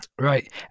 Right